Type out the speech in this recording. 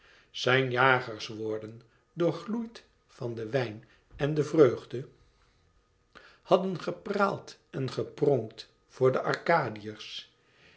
zijn jagerswoorden doorgloeid van den wijn en de vreugde hadden gepraald en gepronkt voor de